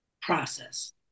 process